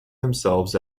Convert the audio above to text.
themselves